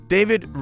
David